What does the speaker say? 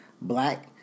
black